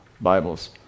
Bibles